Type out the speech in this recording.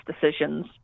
decisions